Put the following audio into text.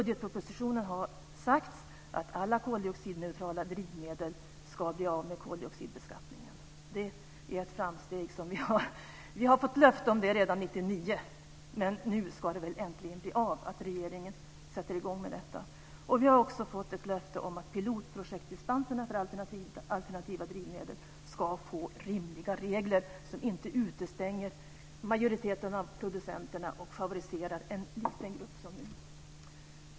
Det har där uttalats att alla koldioxidneutrala drivmedel ska befrias från koldioxidbeskattningen. Vi fick löfte om ett sådant framsteg redan 1999, och nu ska det väl äntligen bli så att regeringen sätter i gång med detta. Vi har också fått ett löfte om att pilotprojektdispanserna för alternativa drivmedel ska få rimliga regler, vilka inte som nu utestänger majoriteten av producenterna och favoriserar en liten grupp.